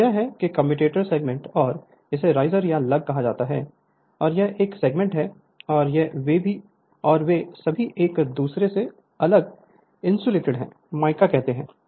और यह है कि कम्यूटेटर सेगमेंट और इसे राइजर या लुग कहा जाता है और यह एक सेगमेंट है और वे सभी एक दूसरे से अलग इंसुलेटेड हैं माइका कहते हैं